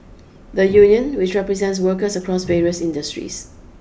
the union which represents workers across various industries